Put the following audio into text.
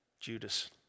Judas